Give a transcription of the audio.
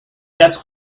desk